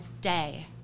day